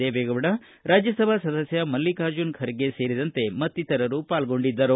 ದೇವೇಗೌಡ ರಾಜ್ಯಸಭಾ ಸದಸ್ಯ ಮಲ್ಲಿಕಾರ್ಜುನ ಖರ್ಗೆ ಮತ್ತಿತರರು ಪಾಲ್ಗೊಂಡಿದ್ದರು